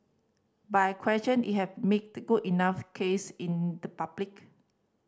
but I question you have made a good enough case in the public